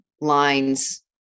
lines